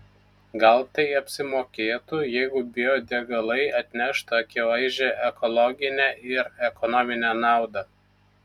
gal tai apsimokėtų jeigu biodegalai atneštų akivaizdžią ekologinę ir ekonominę naudą